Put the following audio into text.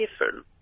different